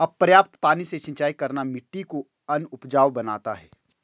अपर्याप्त पानी से सिंचाई करना मिट्टी को अनउपजाऊ बनाता है